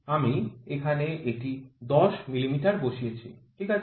আমি এখানে এটি ১০ মিটার বসিয়েছি ঠিক আছে